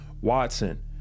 Watson